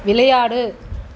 விளையாடு